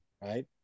Right